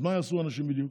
אז מה יעשו אנשים בדיוק?